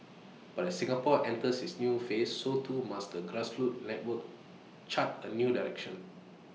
but as Singapore enters its new phase so too must the grassroots network chart A new direction